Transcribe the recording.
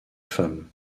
femme